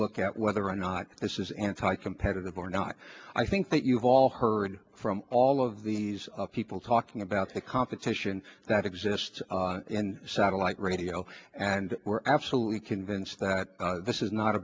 look at whether or not this is anti competitive or not i think that you've all heard from all of these people talking about the competition that exists in satellite radio and we're absolutely convinced that this is not